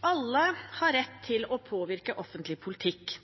Alle har rett til å påvirke offentlig politikk –